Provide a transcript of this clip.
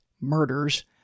murders